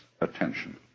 attention